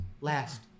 last